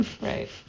Right